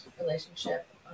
relationship